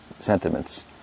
sentiments